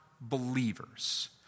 believers